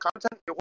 content